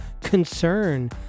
concern